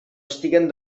estiguen